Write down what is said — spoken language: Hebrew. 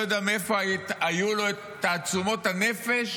אני לא יודע מאיפה היו לו תעצומות הנפש